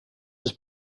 his